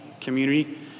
community